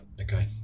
okay